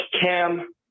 cam